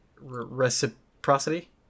reciprocity